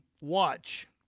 watch